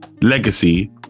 legacy